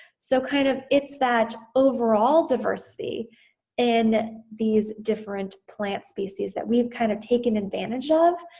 so kind of it's that overall diversity in these different plant species that we've kind of taken advantage of